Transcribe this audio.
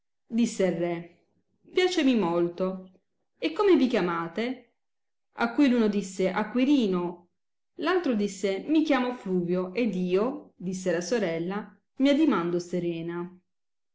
disse il re piacemi molto e come vi chiamate a cui l'uno disse acquirino l'altro disse mi chiamo pluvio ed io disse la sorella mi addimando serena